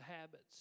habits